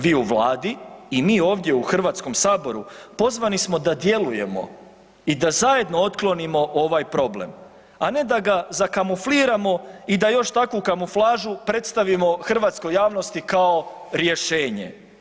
Vi u Vladi i mi ovdje u HS-u pozvani smo da djelujemo i da zajedno otklonimo ovaj problem, a ne da ga zakamufliramo i da još takvu kamuflažu predstavimo hrvatskoj javnosti kao rješenje.